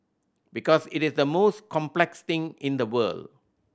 because it is the most complex thing in the world